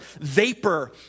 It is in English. vapor